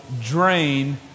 drain